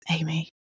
Amy